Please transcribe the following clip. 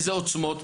איזה עוצמות.